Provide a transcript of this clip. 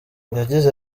yagize